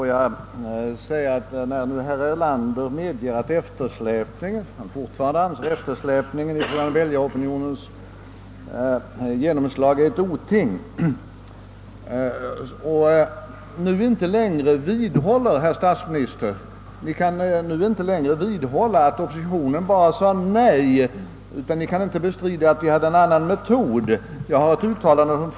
Herr talman! Herr Erlander medger att han fortfarande anser att eftersläpning i förhållande till väljaropinionens genomslag är ett oting och vidhåller inte längre påståendet att oppositionen bara sade nej; han kan inte bestrida att oppositionen hade en annan metod i samma syfte.